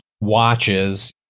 watches